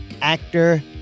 actor